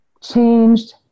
changed